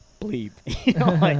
bleep